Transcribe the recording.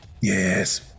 Yes